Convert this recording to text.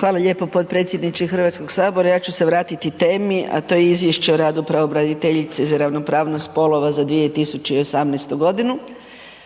Hvala lijepo potpredsjedniče Hrvatskog sabora. Ja ću se vratiti temi, a to je izvješće o radu pravobraniteljice za ravnopravnost spolova za 2018. godinu.